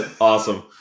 Awesome